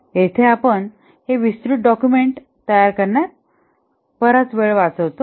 येथे आपण हे विस्तृत डॉक्युमेंट तयार करण्यात बराच वेळ वाचवितो